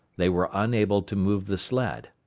they were unable to move the sled.